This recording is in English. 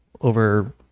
over